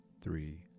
three